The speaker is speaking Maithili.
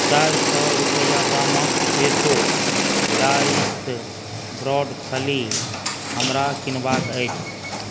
चारि सए रूपैआ दामक फ़्रेशो डाइस्ड ब्रॉड फली हमरा किनबाक अछि